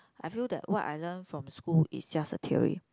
I feel that what I learn from school is just a theory